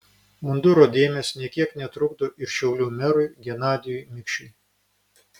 munduro dėmės nė kiek netrukdo ir šiaulių merui genadijui mikšiui